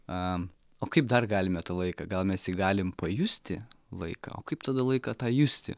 a o kaip dar galime tą laiką gal mes galim pajusti laiką o kaip tada laiką tą justi